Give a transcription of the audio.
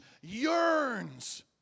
yearns